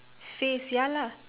face ya lah